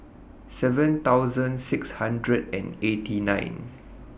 seven thousand six hundred and eighty nine